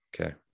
Okay